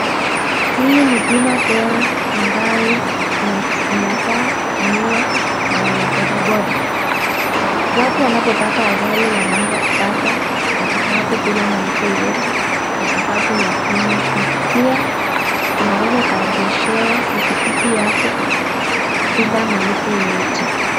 Hii ni bima bora ambayo inafaa kutumiwa na wanabodaboda. Watu wanapopata ajali wanaweza kupata matibabu bila malipo yoyote kwa sababu ya bima hii. Pia unaweza kurejeshewa pikipiki yako bila malipo yoyote.